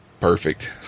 perfect